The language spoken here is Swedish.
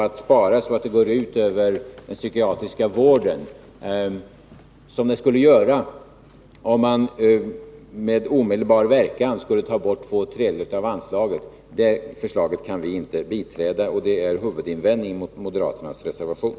Att spara så att det går ut över den psykiatriska vården, vilket skulle bli fallet om man med omedelbar verkan tog bort två tredjedelar av anslaget, är något som vi inte kan biträda. Det är huvudinvändningen mot moderaternas reservation.